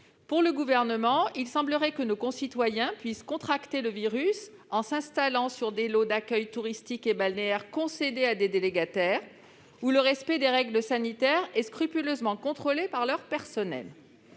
Pour le Gouvernement, il semblerait que nos concitoyens puissent contracter le virus en s'installant sur les lots d'accueil touristique et balnéaire concédés à des délégataires, où le respect des règles sanitaires est scrupuleusement contrôlé par leurs